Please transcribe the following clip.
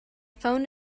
phone